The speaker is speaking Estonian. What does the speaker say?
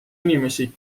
inimesi